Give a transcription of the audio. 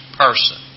person